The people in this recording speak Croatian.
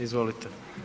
Izvolite.